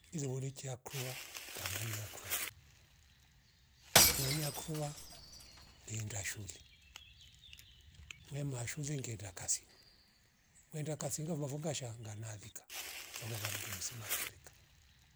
Ilewori chakrwa kangania akrwa, ngani akruva yeenda shuli. Ngema shule ngenda kazi wenda kasinga vlavonga kasha nganalika sakwava mndu mzima kerika